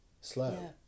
slow